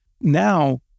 Now